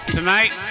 Tonight